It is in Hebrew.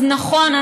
אז נכון,